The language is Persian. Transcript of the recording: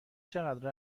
چقدر